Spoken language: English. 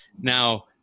Now